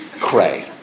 Cray